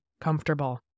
comfortable